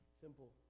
Simple